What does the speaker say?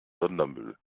sondermüll